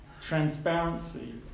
transparency